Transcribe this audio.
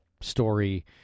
story